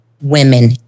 women